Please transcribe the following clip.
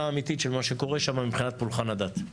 אמיתית של מה שקורה שם מבחינת פולחן הדת.